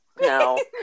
no